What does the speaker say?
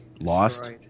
lost